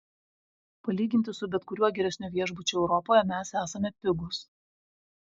palyginti su bet kuriuo geresniu viešbučiu europoje mes esame pigūs